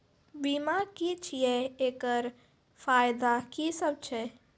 बीमा की छियै? एकरऽ फायदा की सब छै?